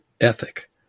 ethic